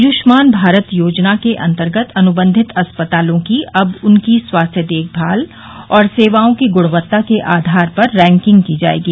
आयुष्मान भारत योजना के अंतर्गत अनुबंधित अस्पतालों की अब उनकी स्वास्थ्य देखभाल और सेवाओं की गुणवत्ता के आधार पर रैंकिंग की जायेगी